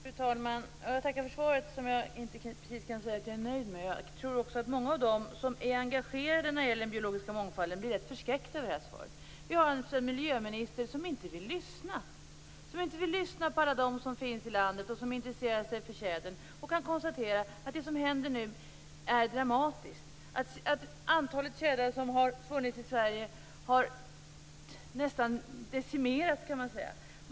Fru talman! Jag tackar för svaret, som jag inte precis kan säga att jag är nöjd med. Jag tror också att många av dem som är engagerade när det gäller den biologiska mångfalden blir rätt förskräckta av svaret. Vi har en miljöminister som inte vill lyssna på alla dem som finns i landet och intresserar sig för tjädern. De kan konstatera att det som nu händer är dramatiskt. Antalet tjädrar som har funnits i Sverige har nästan decimerats.